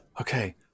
Okay